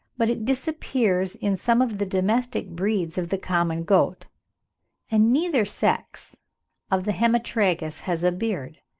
but it disappears in some of the domestic breeds of the common goat and neither sex of the hemitragus has a beard.